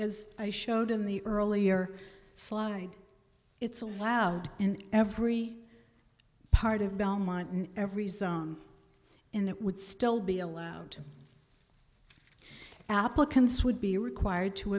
as i showed in the earlier slide it's a wound in every part of belmont in every zone and it would still be allowed to applicants would be required to